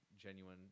genuine